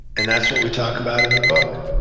and that's what we talk about in the book,